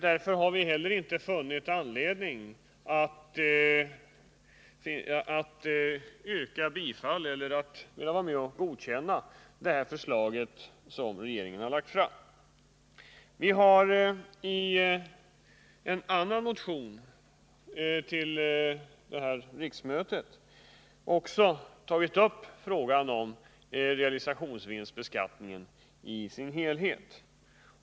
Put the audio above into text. Därför har vi inte funnit anledning att godkänna det förslag som regeringen har lagt fram. Vi har i en annan motion till detta riksmöte också tagit upp frågan om realisationsvinstbeskattningen i sin helhet.